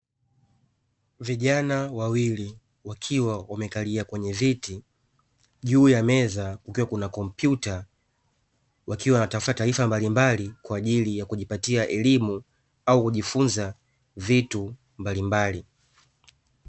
Vijana wawili wakiwa wamekalia kwenye viti juu ya meza kukiwa Kuna kompyuta, wakiwa wanatafuta taarifa mbalimbali kwa ajili ya kujipatia elimu au kujifunza vitu mbalimbali.